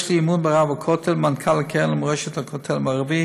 יש לי אמון ברב הכותל ובמנכ"ל הקרן למורשת הכותל המערבי